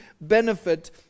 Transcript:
benefit